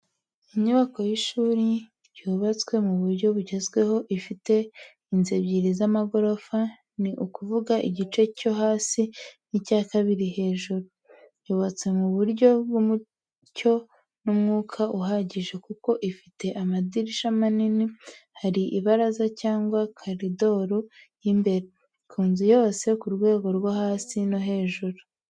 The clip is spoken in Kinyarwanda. Inyubako y’ishuri ryubatswe mu buryo bugezweho, ifite inzu ebyiri z’amagorofa ni ukuvuga igice cyo hasi n’icya kabiri hejuru. yubatswe mu buryo bw’umucyo n’umwuka uhagije kuko ifite amadirishya manini hari ibaraza cyangwa koridoro y’imbere, ku nzu yose, ku rwego rwo hasi no hejuru.